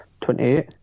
Twenty-eight